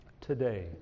Today